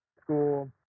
school